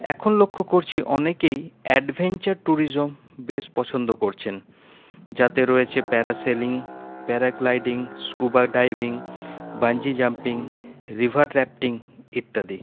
এখন লক্ষ্য করছি অনেকেই অ্যাডভেঞ্চার টুরিসম বেশ পছন্দ করছেন যাতে রয়েছে parasailing paragliding scuba driving bungee jumping river rafting ইত্যাদি